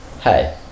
Hey